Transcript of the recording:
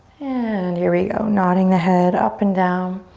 and here we go. nodding the head up and down.